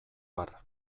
har